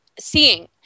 seeing